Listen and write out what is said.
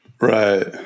Right